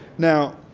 now